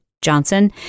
Johnson